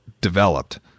developed